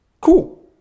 cool